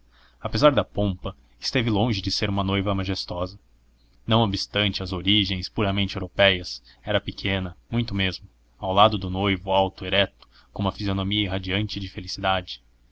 apesar da pompa esteve longe de ser uma noiva majestosa não obstante as origens puramente européias era pequena muito mesmo ao lado do noivo alto erecto com uma fisionomia irradiante de felicidade